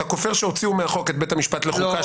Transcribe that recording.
אתה כופר בכך שהוציאו מהחוק את בית המשפט לחוקה,